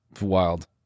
Wild